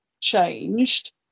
changed